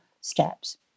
steps